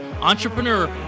entrepreneur